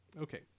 Okay